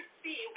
see